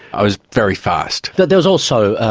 i was very fast. but there was also,